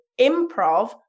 improv